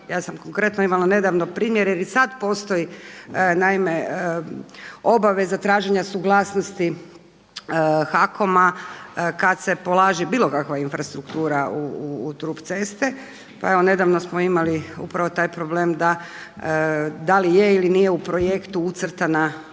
Ja sam konkretno imala nedavno primjer jer i sada postoji naime obaveza traženja suglasnosti HAKOM-a kada se polaže bilo kakva infrastruktura u trup ceste. Pa evo nedavno smo imali upravo taj problem da da li je ili nije u projektu ucrtana